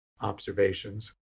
observations